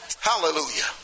Hallelujah